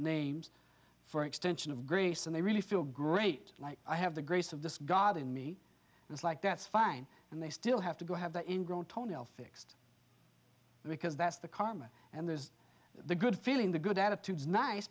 names for extension of grace and they really feel great like i have the grace of this god in me it's like that's fine and they still have to go have the ingrown toenail fixed because that's the karma and there's the good feeling the good attitude is nice